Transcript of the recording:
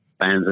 fans